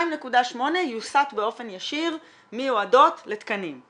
2.8 יוסת באופן ישיר מהועדות לתקנים.